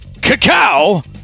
cacao